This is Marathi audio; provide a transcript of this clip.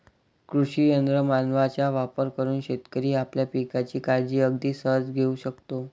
कृषी यंत्र मानवांचा वापर करून शेतकरी आपल्या पिकांची काळजी अगदी सहज घेऊ शकतो